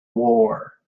war